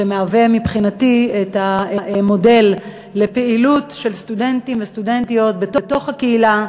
שמהווה מבחינתי את המודל לפעילות של סטודנטים וסטודנטיות בתוך הקהילה,